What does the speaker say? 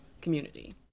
community